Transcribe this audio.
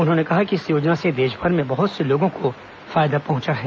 उन्होंने कहा कि इस योजना से देशभर में बहत से लोगों को फायदा पहुंचा है